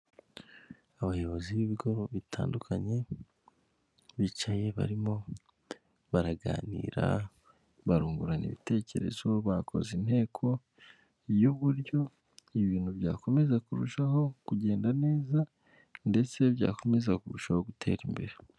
Ibikorwaremezo ni kimwe mu bigize igihugu cyacu cy'u Rwanda hakaba harimo amazu, amapoto y'amashanyarazi, imihanda minini kandi myiza, akaba ari n'imihanda isukuye, akaba ari n'umujyi urangwamo isuku, akaba ari umujyi w'igihugu cyacu akaba ari umujyi wa Kigali.